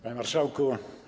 Panie Marszałku!